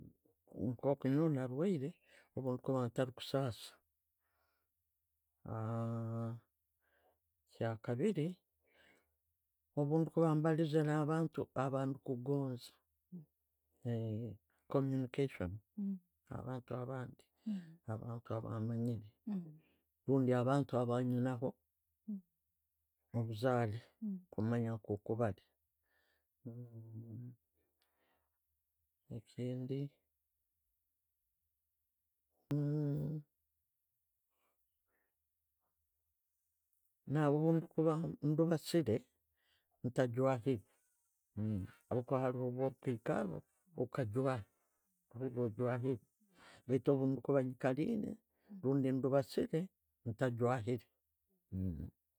﻿Nkoku nyoowe nairwaire bwenkuba ntarikusasa. Kyakabiiri obwenkuba mbaliize na'bantu abindi kugonza, communication na'abantu abandi, na'abantu abe manyiire na'abantu abainyeneho obuzare kumanya nkoko bali. Ekindi na bwekuba ndibasire nta jwahire habwokuba haroho bwo kwikara okajwaha baitu bwenkuba nikaliire orbundi ndibaziire, ntagwahiire.